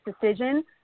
decision